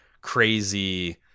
crazy